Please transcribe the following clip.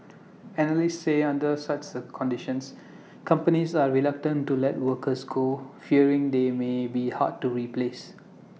analysts say under such conditions companies are reluctant to let workers go fearing they may be hard to replace